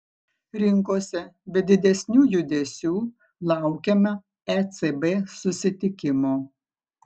rinkose be didesnių judesių laukiama ecb susitikimo